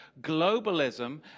Globalism